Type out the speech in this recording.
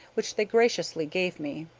which they graciously gave me.